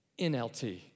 NLT